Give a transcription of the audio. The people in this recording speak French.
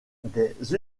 des